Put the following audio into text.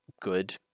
good